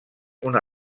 una